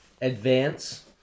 advance